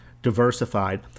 diversified